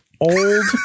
Old